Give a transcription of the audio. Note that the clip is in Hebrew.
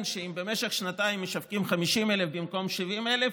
שאם במשך שנתיים משווקים 50,000 במקום 70,000,